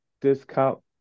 discount